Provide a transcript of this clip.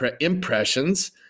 impressions